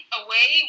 away